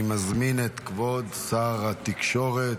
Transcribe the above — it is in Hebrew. אני מזמין את כבוד שר התקשורת,